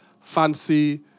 fancy